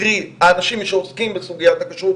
קרי האנשים שעוסקים בסוגיית הכשרות,